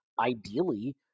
ideally